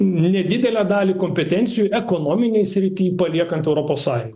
nedidelę dalį kompetencijų ekonominėj srity paliekant europos sąjungai